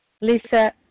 Lisa